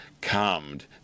calmed